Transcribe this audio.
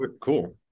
cool